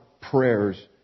prayers